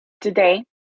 Today